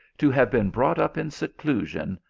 to have been brought up in seclusion,